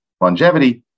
longevity